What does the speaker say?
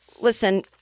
listen